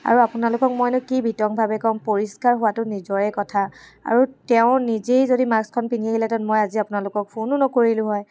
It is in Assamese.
আৰু আপোনালোকক মইনো কি বিতংভাৱে ক'ম পৰিষ্কাৰ হোৱাটো নিজৰে কথা আৰু তেওঁ নিজেই যদি মাস্কখন পিন্ধি আহিলেহেঁতেন মই আজি আপোনালোকক ফোনো নকৰিলো হয়